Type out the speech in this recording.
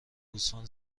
گوسفند